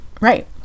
Right